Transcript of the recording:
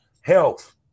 health